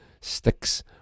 sticks